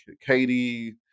Katie